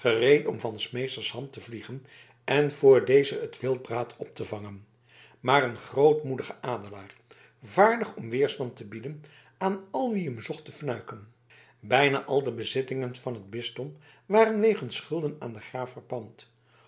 om van s meesters hand te vliegen en voor dezen het wildbraad op te vangen maar een grootmoedige adelaar vaardig om weerstand te bieden aan al wie hem zocht te fnuiken bijna al de bezittingen van het bisdom waren wegens schulden aan den graaf verpand